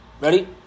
Ready